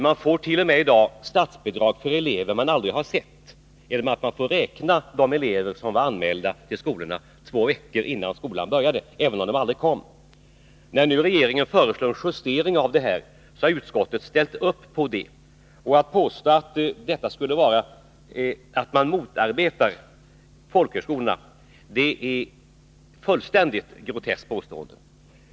Man får statsbidrag t.o.m. för elever som man aldrig har sett, genom att man får räkna de elever som anmälde sig till skolan två veckor innan kursen började, även om de sedan aldrig kom. När regeringen nu föreslår en justering av detta, har utskottet ställt upp på det. Att påstå att det skulle innebära att man motarbetar folkhögskolorna är fullkomligt groteskt.